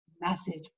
message